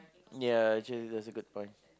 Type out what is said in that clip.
ya actually that's a good point